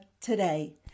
today